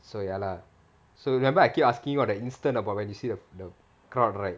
so ya lah so remember I keep asking you about the instant about when you see the the crowd right